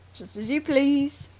just as you please,